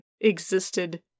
existed